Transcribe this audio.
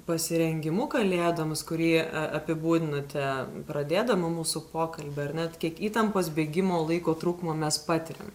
pasirengimu kalėdoms kurį apibūdinote pradėdama mūsų pokalbį ar ne kiek įtampos bėgimo laiko trūkumo mes patiriam